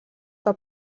que